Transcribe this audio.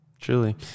Truly